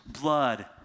blood